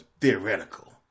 theoretical